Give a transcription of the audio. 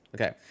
Okay